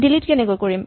delete কেনেকৈ কৰিম